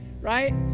right